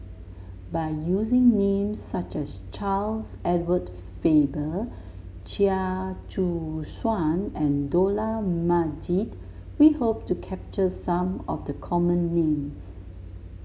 by using names such as Charles Edward Faber Chia Choo Suan and Dollah Majid we hope to capture some of the common names